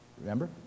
Remember